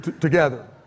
together